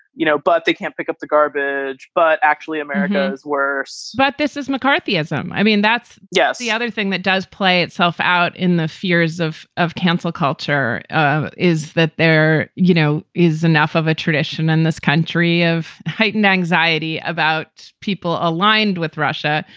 you know, but they can't pick up the garbage. but actually, america is worse but this is mccarthyism. i mean, that's. yes. the other thing that does play itself out in the fears of of canceled culture um is that there, you know, is enough of a tradition in this country of heightened anxiety about people aligned with russia.